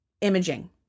imaging